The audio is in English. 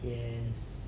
yes